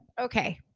Okay